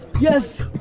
yes